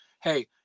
hey